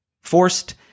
forced